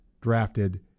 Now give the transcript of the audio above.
drafted